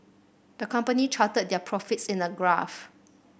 the company charted their profits in a graph